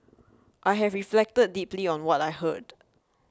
I have reflected deeply on what I heard